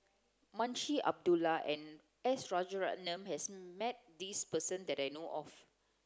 Munshi Abdullah and S Rajaratnam has met this person that I know of